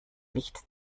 nicht